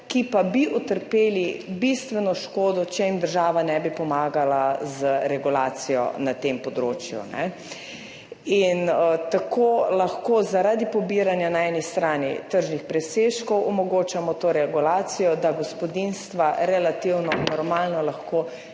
ki pa bi utrpeli bistveno škodo, če jim država ne bi pomagala z regulacijo na tem področju. In tako lahko zaradi pobiranja na eni strani tržnih presežkov omogočamo to regulacijo, da lahko gospodinjstva relativno normalno živijo